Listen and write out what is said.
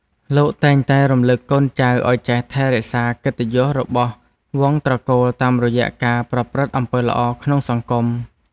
លោកតែងតែរំលឹកកូនចៅឱ្យចេះថែរក្សាកិត្តិយសរបស់វង្សត្រកូលតាមរយៈការប្រព្រឹត្តអំពើល្អក្នុងសង្គម។